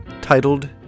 titled